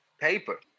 paper